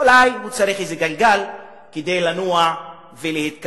אולי הוא צריך איזה גלגל כדי לנוע ולהתקדם.